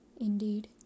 Indeed